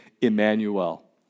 Emmanuel